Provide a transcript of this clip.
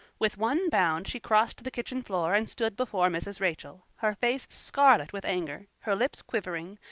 with one bound she crossed the kitchen floor and stood before mrs. rachel, her face scarlet with anger, her lips quivering,